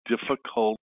difficult